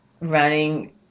running